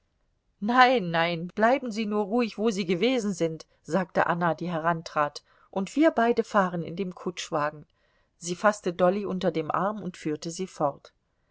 nein nein bleiben sie nur ruhig wo sie gewesen sind sagte anna die herantrat und wir beide fahren in dem kutschwagen sie faßte dolly unter dem arm und führte sie fort